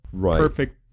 perfect